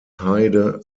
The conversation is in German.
heide